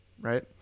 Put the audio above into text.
right